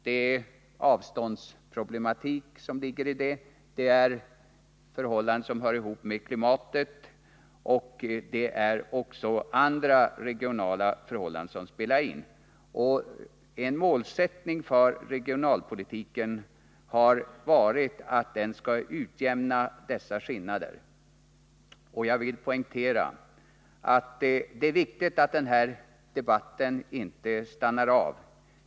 Det är här fråga om avståndsproblematik, om de olika faktorer som sammanhänger med klimatet och andra regionala förhållanden. En målsättning för regionalpolitiken har varit att en utjämning måste åstadkommas i vad gäller dessa skillnader. Jag poängterar att det är viktigt att den här debatten inte stannar av.